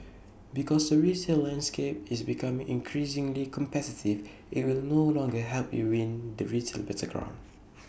because the retail landscape is becoming increasingly competitive IT will no longer help you win the retail battleground